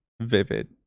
vivid